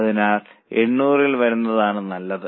അതിനാൽ 800 ൽ വരുന്നതാണ് നല്ലത്